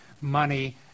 money